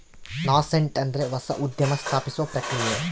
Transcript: nascent ಅಂದ್ರೆ ಹೊಸ ಉದ್ಯಮ ಸ್ಥಾಪಿಸುವ ಪ್ರಕ್ರಿಯೆ